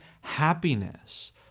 happiness